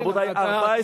רבותי,